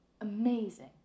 amazing